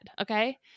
okay